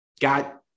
got